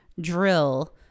drill